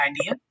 idea